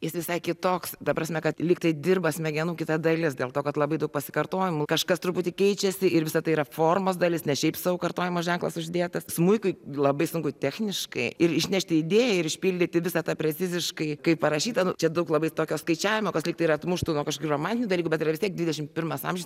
jis visai kitoks ta prasme kad lyg tai dirba smegenų kita dalis dėl to kad labai daug pasikartojimų kažkas truputį keičiasi ir visa tai yra formos dalis ne šiaip sau kartojimo ženklas uždėtas smuikui labai sunku techniškai ir išnešti idėją ir išpildyti visą tą preciziškai kaip parašyta nu čia daug labai tokio skaičiavimo kas lyg tai ir atmuštų nuo kašokių romantinių dalykų bet yra vis tiek dvidešim pirmas amžius